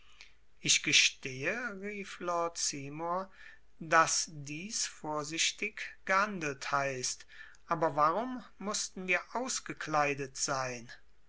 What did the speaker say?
ich gestehe rief lord seymour daß dies vorsichtig gehandelt heißt aber warum mußten wir ausgekleidet sein